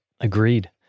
Agreed